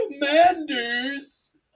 Commanders